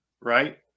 right